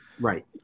Right